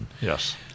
yes